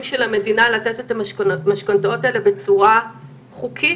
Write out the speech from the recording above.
של המדינה לתת את המשכנתאות האלה בצורה חוקית,